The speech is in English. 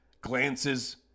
glances